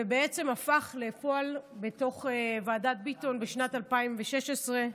ובעצם הפך לפועל בתוך ועדת ביטון בשנת 2016,